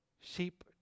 sheep